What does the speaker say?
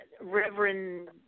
Reverend